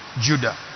Judah